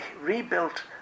rebuilt